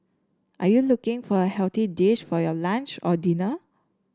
are you looking for a healthy dish for your lunch or dinner